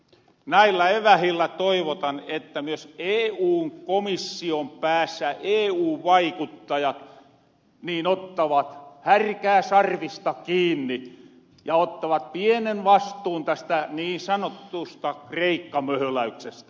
näillä evähillä toivotan että myös eun komission päässä eu vaikuttajat ottavat härkää sarvista kiinni ja ottavat pienen vastuun tästä niin sanotusta kreikka möhöläyksestä